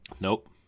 nope